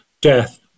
death